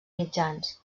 mitjans